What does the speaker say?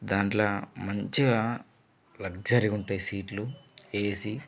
దానిలో మంచిగా లగ్జరీగా ఉంటాయి సీట్లు ఏసి